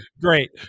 great